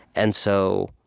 and so,